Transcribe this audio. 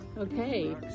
Okay